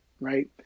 right